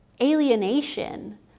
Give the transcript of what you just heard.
alienation